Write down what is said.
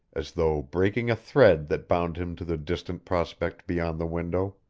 as though breaking a thread that bound him to the distant prospect beyond the window.